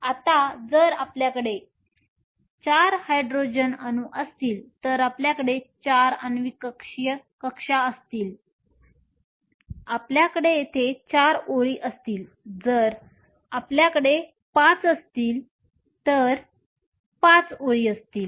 आता जर आपल्याकडे 4 हायड्रोजन अणू असतील तर आपल्याकडे 4 आण्विक कक्षा असतील आपल्याकडे येथे 4 ओळी असतील जर आपल्याकडे 5 असतील तर 5 ओळी असतील